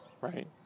right